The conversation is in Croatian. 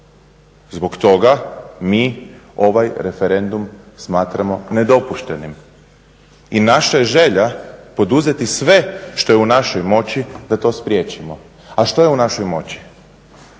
Zbog toga mi ovaj referendum smatramo ne dopuštenim. I naša je želja poduzeti sve što je u našoj moći da to spriječimo. A što je u našoj moći?